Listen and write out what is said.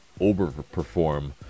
overperform